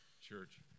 church